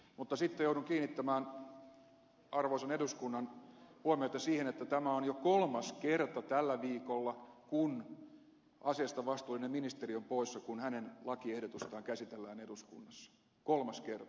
mutta sitten joudun kiinnittämään arvoisan eduskunnan huomiota siihen että tämä on jo kolmas kerta tällä viikolla kun asiasta vastuullinen ministeri on poissa kun hänen lakiehdotustaan käsitellään eduskunnassa kolmas kerta